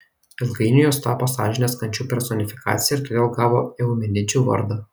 ilgainiui jos tapo sąžinės kančių personifikacija ir todėl gavo eumenidžių vardą